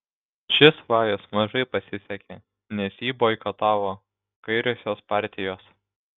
šis vajus mažai pasisekė nes jį boikotavo kairiosios partijos